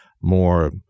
more